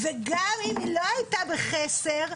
וגם אם היא לא הייתה בחסר,